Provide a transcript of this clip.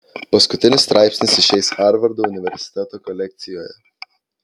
paskutinis straipsnis išeis harvardo universiteto kolekcijoje